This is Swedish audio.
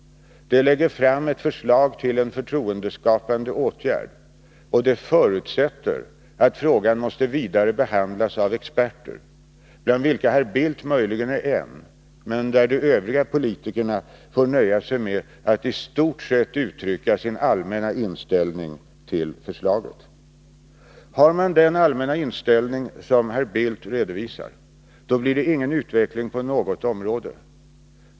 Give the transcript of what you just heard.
De lägger fram ett förslag till en förtroendeskapande åtgärd, och de förutsätter att frågan måste vidare behandlas av experter, bland vilka herr Bildt möjligen är en, men där de övriga politikerna får nöja sig med att i stort sett uttrycka sin allmänna inställning till förslaget. Har man den allmänna inställning som herr Bildt redovisar, blir det ingen utveckling på något område.